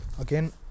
Again